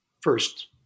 first